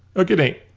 a guinea.